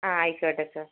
ആ ആയിക്കോട്ടെ സാർ